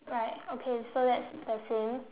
right okay so that's the scene